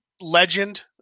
legend